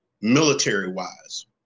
military-wise